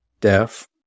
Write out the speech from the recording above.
deaf